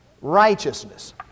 righteousness